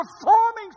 performing